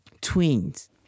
twins